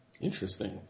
Interesting